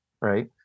right